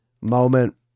moment